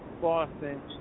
Boston